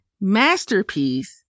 masterpiece